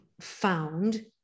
found